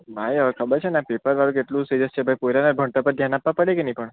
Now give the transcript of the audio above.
ભાઈ હવે ખબર છે ને આ પેપરવાળું કેટલું સિરિયસ છે ભઈ પોયરાના ભણતર પર ધ્યાન આપવું પડે કે નહીં પણ